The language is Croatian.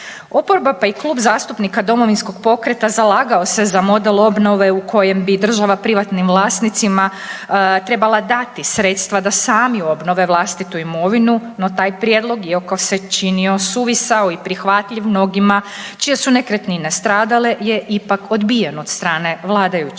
Oporba pa i Klub zastupnika Domovinskog pokreta zalagao se za model obnove u kojem bi država privatnim vlasnicima trebala dati sredstva da sami obnove vlastitu imovinu no taj prijedlog iako se činio suvisao i prihvatljiv mnogima čije su nekretnine stradale je ipak odbijen od strane vladajućih.